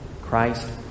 Christ